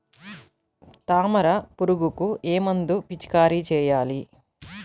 తామర పురుగుకు ఏ మందు పిచికారీ చేయాలి?